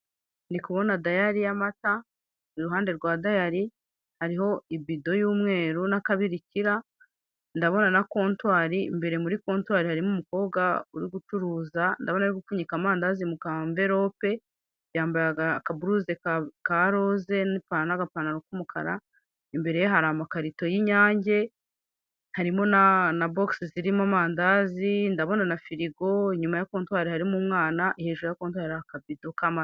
Ndikubona dayari y'amata, iruhande rwa dayari hariho ibido y'umweru nakabirikira, ndabona na kontuwari imbere muri kontuwari harimo umukobwa uri gucuruza ndabona arigupfunyika amandazi mukamverope, yambaye akaburuze ka rose nagapantaro kumukara, imbereye haramakarito y'inyange harimo na bogisi zirimo amandazi ndabona na firigo, inyuma ya kontuwari hari umwana hejuru yakontuwari hari akabido kamata.